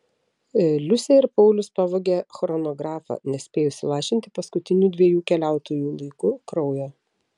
liusė ir paulius pavogė chronografą nespėjus įlašinti paskutinių dviejų keliautojų laiku kraujo